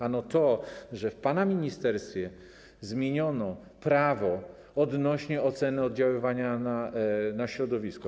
Ano to, że w pana ministerstwie zmieniono prawo odnośnie do oceny oddziaływania na środowisko.